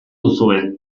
duzue